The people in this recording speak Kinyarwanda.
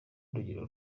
urugero